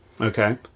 Okay